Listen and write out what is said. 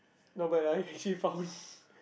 no but uh he she found